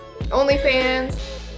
OnlyFans